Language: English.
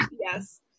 Yes